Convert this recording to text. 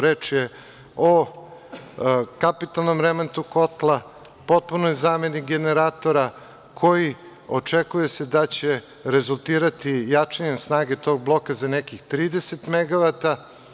Reč je o kapitalnom remontu kotla, potpuni je zamenik generatora koji se očekuje da će rezultirati jačanjem snage tog bloka za nekih 30 megavata.